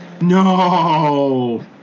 No